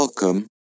Welcome